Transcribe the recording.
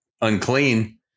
unclean